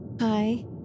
Hi